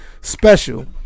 special